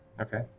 Okay